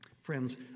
Friends